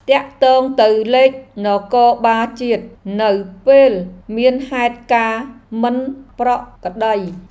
ទាក់ទងទៅលេខនគរបាលជាតិ នៅពេលមានហេតុការណ៍មិនប្រក្រតី។